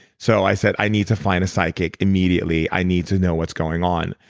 so i said i need to find a psychic immediately. i need to know what's going on.